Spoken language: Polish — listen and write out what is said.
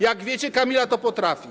Jak wiecie, Kamila to potrafi.